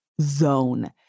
.zone